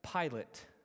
Pilate